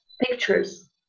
pictures